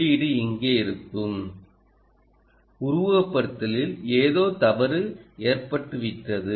உள்ளீடு இங்கே இருக்கும் உருவகப்படுத்துதலில் ஏதோ தவறு ஏற்பட்டுவிட்டது